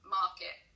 market